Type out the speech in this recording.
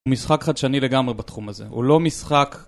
הוא משחק חדשני לגמרי בתחום הזה, הוא לא משחק